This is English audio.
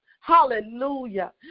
hallelujah